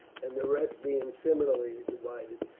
and the rest being similarly divided,